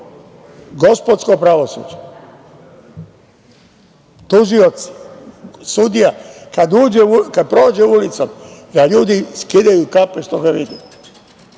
gospodsko pravosuđe. Tužilac, sudija kada prođe ulicom da ljudi skidaju kape što ga vide.